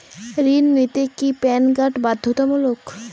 ঋণ নিতে কি প্যান কার্ড বাধ্যতামূলক?